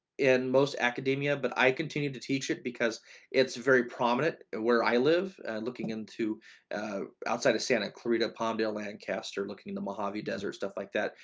in most academia, but i continue to teach it because it's very prominent, where i live looking into outside of santa clarita, palmdale, lancaster looking in the mojave desert, stuff like that.